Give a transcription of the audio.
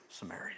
Samaria